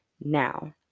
Now